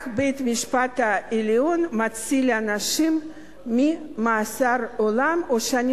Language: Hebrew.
רק בית-המשפט העליון מציל אנשים ממאסר עולם או משנים